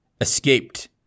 escaped